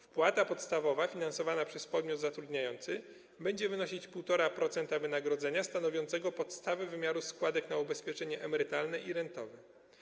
Wpłata podstawowa finansowana przez podmiot zatrudniający będzie wynosić 1,5% wynagrodzenia stanowiącego podstawę wymiaru składek na ubezpieczenia emerytalne i rentowe.